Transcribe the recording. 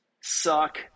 suck